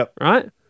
right